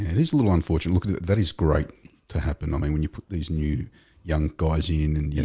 it is a little unfortunate looking at that is great to happen i mean when you put these new young guys in and you know,